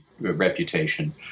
reputation